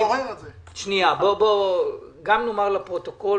גם נאמר לפרוטוקול